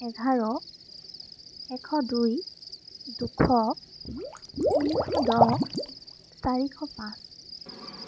এঘাৰ এশ দুই দুশ তিনিশ দহ চাৰিশ পাঁচ